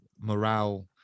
morale